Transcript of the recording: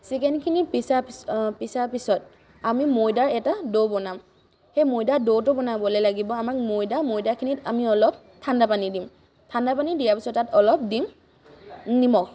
চিকেনখিনি পিছা পিছাৰ পিছত আমি ময়দাৰ এটা ডো বনাম সেই ময়দাৰ ডোটো বনাবলৈ লাগিব আমাক ময়দা ময়দাখিনিত আমি অলপ ঠাণ্ডা পানী দিম ঠাণ্ডা পানী দিয়া পিছত তাত অলপ দিম নিমখ